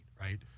right